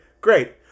great